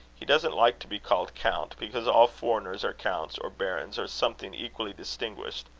he doesn't like to be called count, because all foreigners are counts or barons, or something equally distinguished.